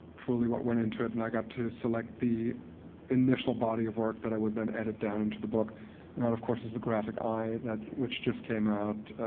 truly, what went into it, and i got to select the initial body of work that i would then edit down into the book. and that, of course, is the graphic eye which just came out